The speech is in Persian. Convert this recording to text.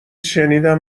شنیدم